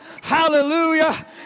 Hallelujah